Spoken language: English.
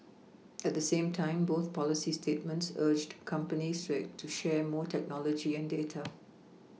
at the same time both policy statements urged companies to share more technology and data